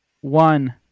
one